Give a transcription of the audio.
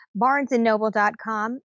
barnesandnoble.com